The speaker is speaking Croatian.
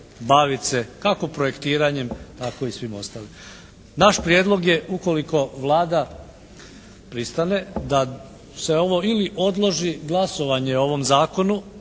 baviti se kako projektiranjem tako i svim ostalim. Naš prijedlog je ukoliko Vlada pristane da se ovo ili odloži glasovanje o ovom zakonu